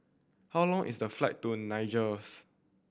how long is the flight to Niger